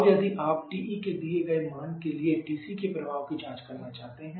अब यदि आप TE के दिए गए मान के लिए TC के प्रभाव की जाँच करना चाहते हैं